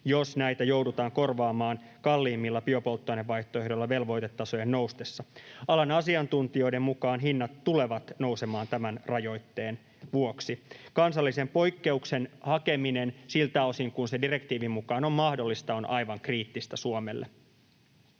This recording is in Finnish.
jos näitä joudutaan korvaamaan kalliimmilla biopolttoainevaihtoehdoilla velvoitetasojen noustessa. Alan asiantuntijoiden mukaan hinnat tulevat nousemaan tämän rajoitteen vuoksi. Kansallisen poikkeuksen hakeminen, siltä osin kuin se direktiivin mukaan on mahdollista, on aivan kriittistä Suomelle.